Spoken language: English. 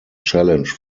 challenge